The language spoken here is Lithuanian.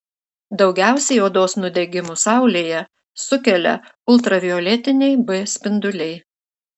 daugiausiai odos nudegimų saulėje sukelia ultravioletiniai b spinduliai